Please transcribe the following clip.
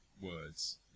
words